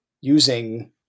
using